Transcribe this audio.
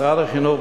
משרד החינוך,